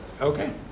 Okay